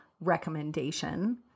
recommendation